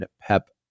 PEP